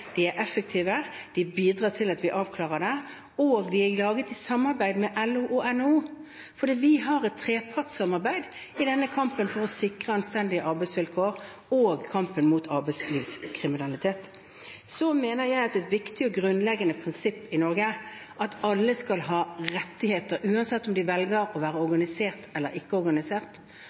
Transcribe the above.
de er effektive, de bidrar til at vi avklarer det, og de er laget i samarbeid med LO og NHO – for vi har et trepartssamarbeid i kampen for å sikre anstendige arbeidsvilkår og i kampen mot arbeidslivskriminalitet. Så mener jeg at det er et viktig og grunnleggende prinsipp i Norge at alle skal ha rettigheter uansett om de velger å være organisert eller ikke organisert.